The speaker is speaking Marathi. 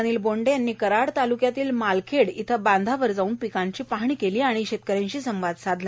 अनिल बोंडे यांनी कराड तालुक्यातील मालखेड इथं बांधावर जाऊन पिकांची पाहणी केली आणि शेतकऱ्यांशी संवाद साधला